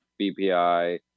BPI